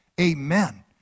Amen